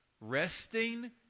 resting